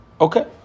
Okay